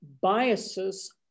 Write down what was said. biases